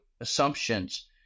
assumptions